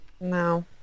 No